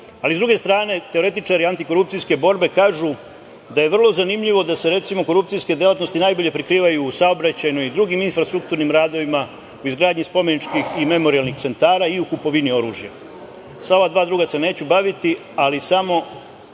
ali, sa druge strane, teoretičari antikorupcijske borbe kažu da je vrlo zanimljivo da se, recimo, korupcijske delatnosti najbolje prikrivaju u saobraćajnoj i drugim infrastrukturnim radovima, u izgradnji spomeničkih i memorijalnih centara i u kupovini oružja. Sa ova dva druga se neću baviti, ali samo